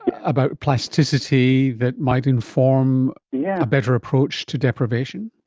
about plasticity, that might inform yeah a better approach to deprivation?